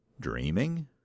Dreaming